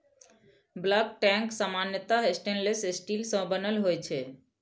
bulk tank सामान्यतः stainless steel सं बनल होइ छै